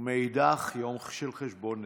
ומאידך גיסא, יום של חשבון נפש.